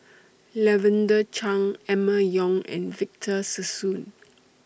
Lavender Chang Emma Yong and Victor Sassoon